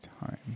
time